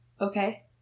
Okay